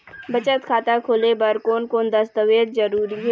बचत खाता खोले बर कोन कोन दस्तावेज जरूरी हे?